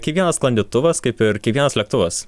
kiekvienas sklandytuvas kaip ir kiekvienas lėktuvas